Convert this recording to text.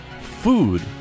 food